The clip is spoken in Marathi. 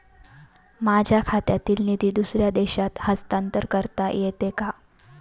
माझ्या खात्यातील निधी दुसऱ्या देशात हस्तांतर करता येते का?